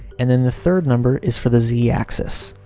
and then the third number is for the z axis.